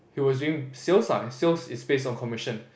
he was doing sales lah and sales is based on commission